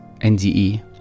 nde